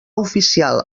oficial